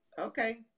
Okay